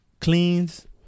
cleans